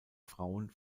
frauen